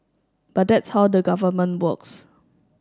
but that's how the Government works